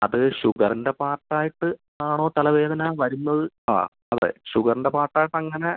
അത് ഷുഗറിൻ്റെ പാർട്ട് ആയിട്ട് ആണോ തലവേദന വരുന്നത് ആ അതെ ഷുഗറിൻ്റെ പാർട്ട് ആയിട്ട് അങ്ങനെ